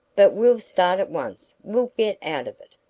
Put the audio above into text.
but we'll start at once we'll get out of it.